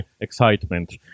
excitement